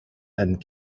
and